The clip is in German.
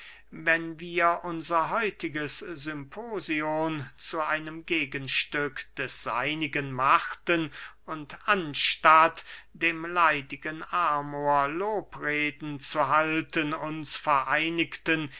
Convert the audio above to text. wenn wir unser heutiges symposion zu einem gegenstück des seinigen machten und anstatt dem leidigen amor lobreden zu halten uns vereinigten